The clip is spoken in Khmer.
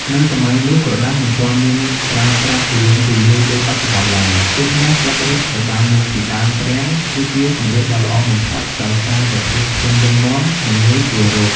នៅសម័យនោះ ក្រដាសមិនទាន់មានប្រើប្រាស់ទូលំទូលាយដូចបច្ចុប្បន្នឡើយ ដូច្នេះ ស្លឹករឹត ដែលបានមកពី ដើមទ្រាំង គឺជាជម្រើសដ៏ល្អបំផុតដោយសារតែភាពធន់រឹងមាំ និងងាយស្រួលរក។